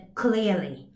clearly